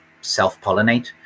self-pollinate